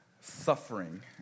suffering